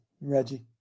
Reggie